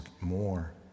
more